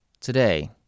Today